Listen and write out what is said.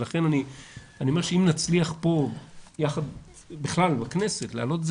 לכן אני אומר שאם נצליח בכנסת להעלות את זה